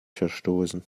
verstoßen